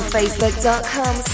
Facebook.com